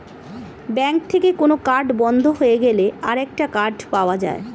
bank থেকে কোন card বন্ধ হয়ে গেলে আরেকটা কার্ড পাওয়া যায়